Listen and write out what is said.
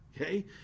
okay